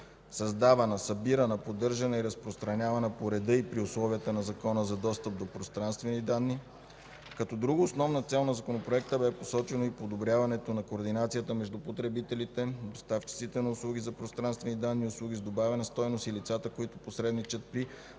създавана, събирана, поддържана и разпространявана по реда и при условията на Закона за достъп до пространствени данни. Като друга основна цел на Законопроекта бе посочено и подобряването на координацията между потребителите, доставчиците на услуги за пространствени данни и услуги с добавена стойност и лицата, които посредничат при